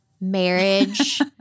marriage